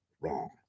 wrong